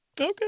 Okay